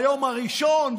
ביום הראשון,